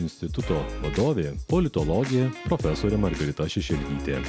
instituto vadovė politologė profesorė margarita šešelgytė